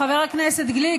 חבר הכנסת גליק,